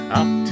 up